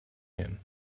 him